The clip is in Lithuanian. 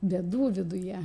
bėdų viduje